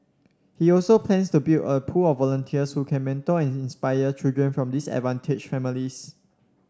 he also plans to build a pool of volunteers who can mentor and inspire children from disadvantaged families